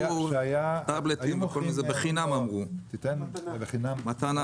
טאבלטים, זה בחינם אמרו, מתנה.